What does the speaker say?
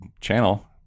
channel